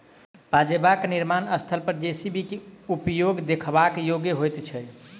पजेबाक निर्माण स्थल पर जे.सी.बी के उपयोग देखबा योग्य होइत छै